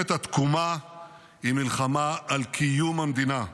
שמלחמת התקומה היא מלחמה על קיום המדינה,